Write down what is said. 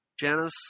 Janice